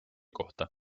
kohta